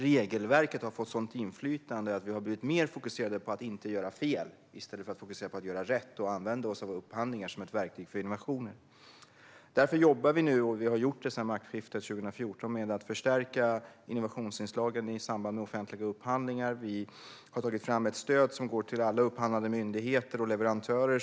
Regelverket har fått ett sådant inflytande att vi har blivit mer fokuserade på att inte göra fel än på att göra rätt och använda oss av upphandlingar som ett verktyg för innovation. Därför jobbar vi nu - och det har vi gjort sedan maktskiftet 2014 - med att förstärka innovationsinslagen i samband med offentliga upphandlingar. Vi har tagit fram ett stöd för alla upphandlande myndigheter och leverantörer.